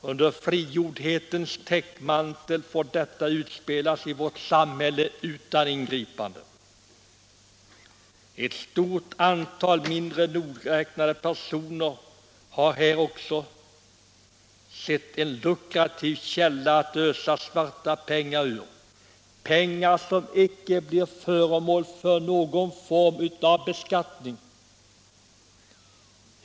Under frigjordhetens täckmantel får detta utspelas i vårt samhälle utan ingripanden. Ett stort antal mindre nogräknade personer har här också sett en lukrativ källa att ösa svarta pengar ur, pengar som icke blir föremål för någon form av beskattning.